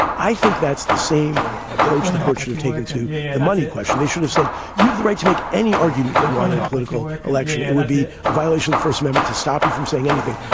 i think that's the same approach the court should have taken to the money question. they should have said you have the right to make any argument and you want in a political election. it would be a violation, the first amendment, to stop you from saying anything,